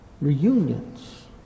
reunions